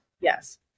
Yes